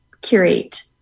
curate